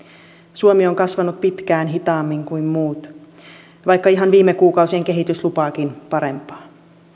suomi on kasvanut pitkään hitaammin kuin muut vaikka ihan viime kuukausien kehitys lupaakin parempaa